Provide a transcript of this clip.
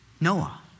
Noah